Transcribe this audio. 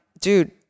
dude